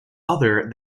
other